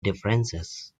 differences